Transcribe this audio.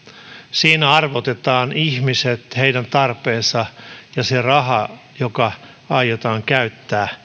siinä arvotetaan ihmiset heidän tarpeensa ja se raha joka aiotaan käyttää